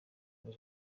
muri